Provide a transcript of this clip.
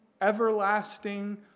everlasting